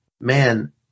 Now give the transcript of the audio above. man